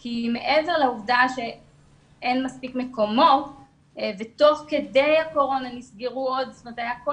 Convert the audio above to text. כי מעבר לעובדה שאין מספיק מקומות ותוך כדי הקורונה נסגרו מקומות של